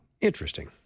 Interesting